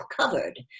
covered